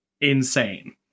insane